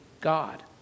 God